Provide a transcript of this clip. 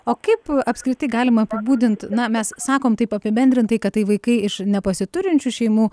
o kaip apskritai galima apibūdint na mes sakom taip apibendrintai kad tai vaikai iš nepasiturinčių šeimų